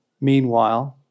Meanwhile